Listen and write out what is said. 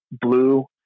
blue